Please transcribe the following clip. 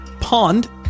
pond